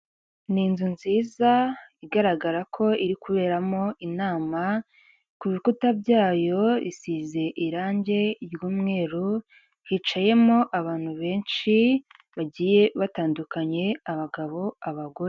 Ni inzu nziza igaragara ko iri kuberamo inama, ku bikuta byayo isize irangi ry'umweru, hicayemo abantu benshi bagiye batandukanyekanye, abagabo, abagore.